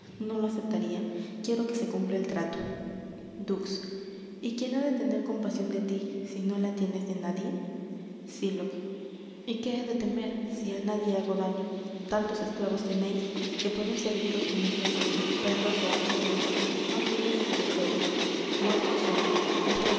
no lo aceptaria quiero que se cumpla el trato dux y quién ha de tener compasion de tí si no la tienes de nadie sylock y qué he de temer si á nadie hago daño tantos esclavos teneis que pueden serviros como mulos perros ó asnos en los oficios más viles y groseros vuestros son vuestro